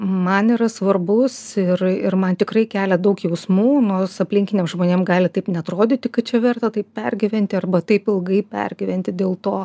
man yra svarbus ir ir man tikrai kelia daug jausmų nors aplinkiniam žmonėm gali taip neatrodyti kad čia verta taip pergyventi arba taip ilgai pergyventi dėl to